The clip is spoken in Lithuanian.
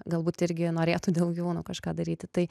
galbūt irgi norėtų dėl gyvūnų kažką daryti tai